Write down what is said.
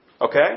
Okay